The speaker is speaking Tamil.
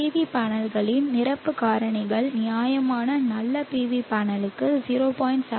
PV பேனல்களின் நிரப்பு காரணிகள் நியாயமான நல்ல PV பேனலுக்கு 0